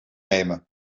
nemen